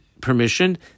permission